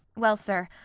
well, sir,